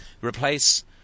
replace